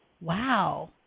Wow